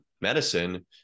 medicine